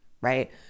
right